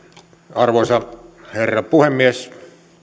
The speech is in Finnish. arvoisa herra puhemies